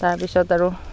তাৰপিছত আৰু